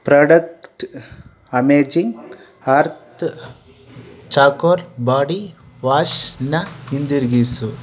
product amazing earth charcoal body ವಾಶನ್ನ ಹಿಂದಿರುಗಿಸು